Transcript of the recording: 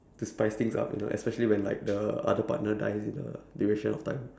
to spice things up you know especially when like the other partner dies in the duration of time